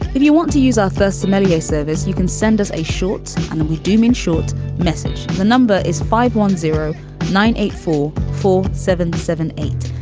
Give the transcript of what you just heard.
if you want to use our first somalias service, you can send us a short and we do mean short message. and the number is five one zero nine eight four four seven seven eight.